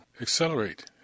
accelerate